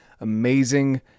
amazing